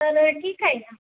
तर ठीक आहे ना